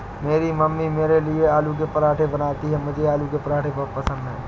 मेरी मम्मी मेरे लिए आलू के पराठे बनाती हैं मुझे आलू के पराठे बहुत पसंद है